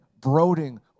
brooding